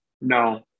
no